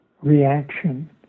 reaction